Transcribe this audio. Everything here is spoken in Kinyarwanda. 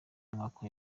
mwaka